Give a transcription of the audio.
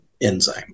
enzyme